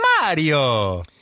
Mario